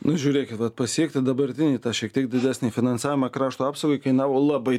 nu žiūrėkit vat pasiekti dabartinį tą šiek tiek didesnį finansavimą krašto apsaugai kainavo labai